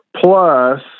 Plus